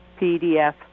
PDF